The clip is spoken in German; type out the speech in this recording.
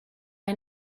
ein